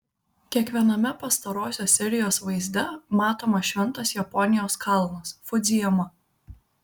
kiekviename pastarosios serijos vaizde matomas šventas japonijos kalnas fudzijama